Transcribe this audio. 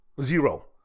Zero